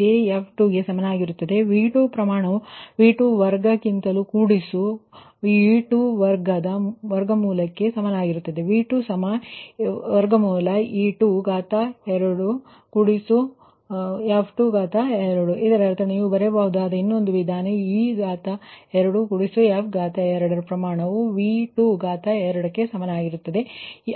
jf2 ಸಮನಾಗಿರುತ್ತದೆ ಅಂದರೆ V2ನ ಪ್ರಮಾಣವು V2 ವರ್ಗಕ್ಕಿಂತಲೂಕೂಡಿಸು e2ವರ್ಗದ ವರ್ಗಮೂಲಕ್ಕೆ ಸಮವಾಗಿರುತ್ತದೆ V2 2 2 ಇದರರ್ಥ ನೀವು ಬರೆಯಬಹುದಾದ ಇನ್ನೊಂದು ವಿಧಾನ e2 f 2 ವು 2 ಪ್ರಮಾಣಕ್ಕೆ ಸಮಾನವಾಗಿರುತ್ತದೆ